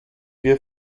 wir